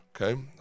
Okay